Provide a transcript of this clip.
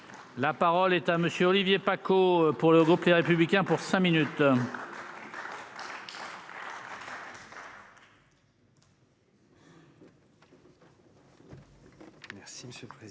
La parole est à monsieur Bruno Belin pour le groupe Les Républicains pour cinq minutes.